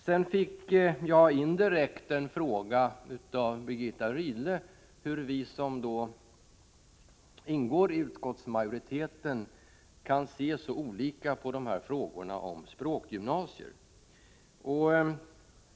Jag fick indirekt en fråga av Birgitta Rydle, hur vi som ingår i utskottsmajoriteten kan se så olika på frågan om språkgymnasier.